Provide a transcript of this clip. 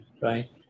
Right